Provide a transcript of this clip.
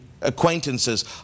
acquaintances